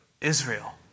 Israel